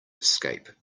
escape